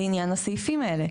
לעניין הסעיפים האלה.